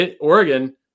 Oregon